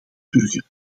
burgers